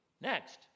Next